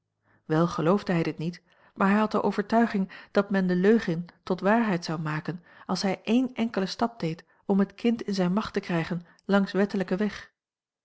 wel geloofde hij dit niet maar hij had de overtuiging dat men de leugen tot waarheid zou maken als hij één enkelen stap deed om het kind in zijne macht te krijgen langs wettelijken weg